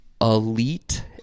Elite